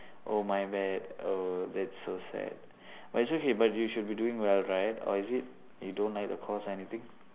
oh my bad oh that's so sad but it's okay but you should be doing well right or is it you don't like the course or anything